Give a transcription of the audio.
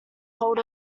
hold